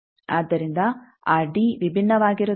ಆದ್ದರಿಂದ ಆ ಡಿ ವಿಭಿನ್ನವಾಗಿರುತ್ತದೆ